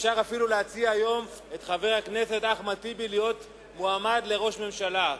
אפשר אפילו להציע את חבר הכנסת אחמד טיבי להיות מועמד לראש ממשלה היום.